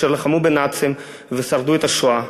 אשר לחמו בנאצים ושרדו את השואה,